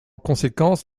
conséquence